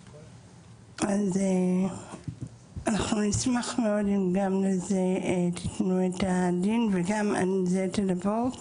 אז אנחנו נשמח מאוד אם גם לזה תתנו את הדין ושתדברו גם על זה,